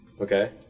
Okay